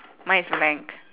mine is blank